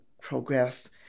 progress